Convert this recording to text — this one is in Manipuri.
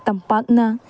ꯇꯝꯄꯥꯛꯅ